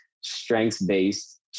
strengths-based